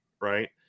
Right